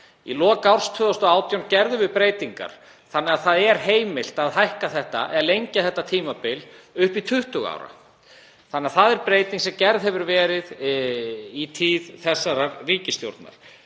Í lok árs 2018 gerðum við breytingar þannig að það er heimilt að lengja þetta tímabil upp í 20 ár. Það er breyting sem gerð hefur verið í tíð þessarar ríkisstjórnar.